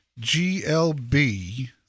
GLB